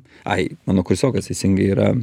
ai mano kursiokas teisingai yra